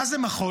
מה זה מחול?